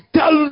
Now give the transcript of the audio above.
Tell